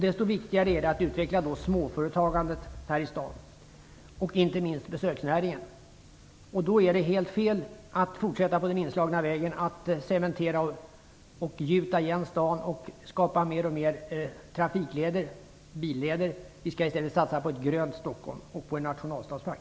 Desto viktigare är det då att utveckla småföretagsamheten här i Stockholm, inte minst besöksnäringen. Då är det alldeles fel att fortsätta på den inslagna vägen att cementera och gjuta igen staden och skapa mer och mer billeder. Vi skall i stället satsa på ett grönt Stockholm och på en nationalstadspark.